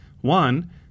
One